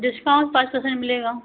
discount पाँच percent मिलेगा